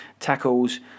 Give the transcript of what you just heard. Tackles